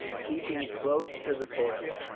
keeping close to the porter,